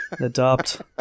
adopt